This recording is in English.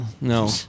No